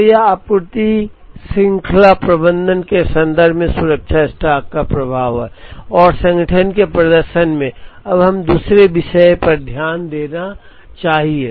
तो यह आपूर्ति श्रृंखला प्रबंधन के संदर्भ में सुरक्षा स्टॉक का प्रभाव है और संगठन के प्रदर्शन में अब हमें दूसरे विषय पर ध्यान देना चाहिए